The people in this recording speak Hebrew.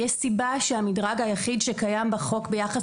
יש סיבה שהמדרג היחיד שקיים בחוק ביחס